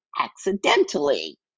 accidentally